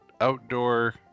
outdoor